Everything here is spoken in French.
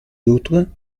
d’autres